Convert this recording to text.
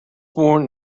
worn